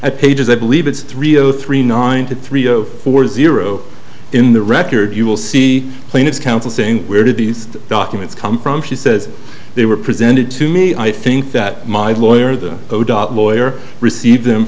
a page is i believe it's three zero three nine to three zero four zero in the record you will see plaintiff's counsel saying where did these documents come from she says they were presented to me i think that my lawyer the lawyer received them